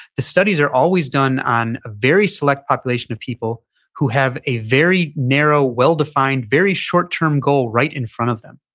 the studies are always done on a very select population of people who have a very narrow, well-defined, very short-term goal right in front of them.